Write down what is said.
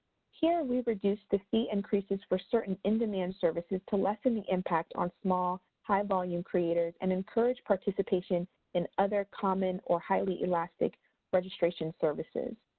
here we reduced the fee increases for certain in demand services to lessen the impact on small, high-volume creators and encourage participation in other common or highly elastic registration services.